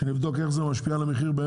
כדי שנבדוק איך זה משפיע באמת על המחיר.